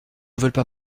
veulent